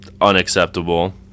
unacceptable